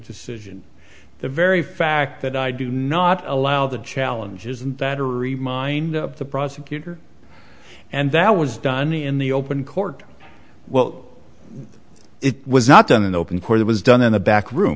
decision the very fact that i do not allow the challenges and that are reminded of the prosecutor and that was done in the open court well it was not done in open court it was done in the back room